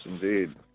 Indeed